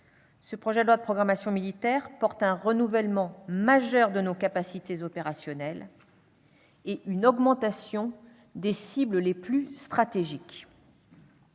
le succès de nos opérations, ce texte prévoit un renouvellement majeur de nos capacités opérationnelles et une augmentation des cibles les plus stratégiques.